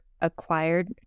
acquired